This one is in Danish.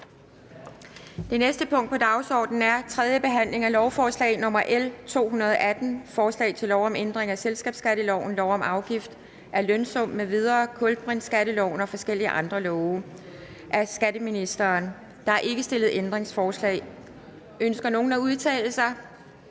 Det næste punkt på dagsordenen er: 5) 3. behandling af lovforslag nr. L 218: Forslag til lov om ændring af selskabsskatteloven, lov om afgift af lønsum m.v., kulbrinteskatteloven og forskellige andre love. (Aftaler om Vækstplan DK m.v. – nedsættelse